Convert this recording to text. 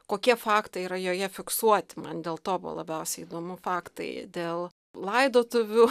kokie faktai yra joje fiksuoti man dėl to buvo labiausiai įdomu faktai dėl laidotuvių